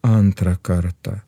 antrą kartą